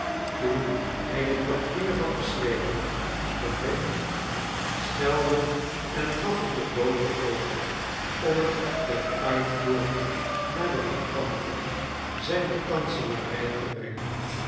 toen hij het papier had beschreven stond hij op schelde en gaf het den bode over om het ter uitvoering naar de beambten zijner kanselarij te brengen